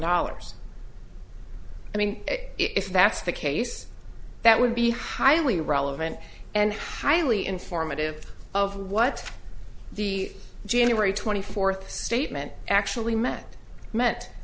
dollars i mean if that's the case yes that would be highly relevant and howley informative of what the january twenty fourth statement actually met me